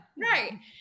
Right